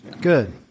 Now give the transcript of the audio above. Good